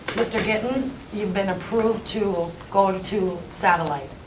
mr. gittens, you've been approved to going to satellite.